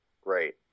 great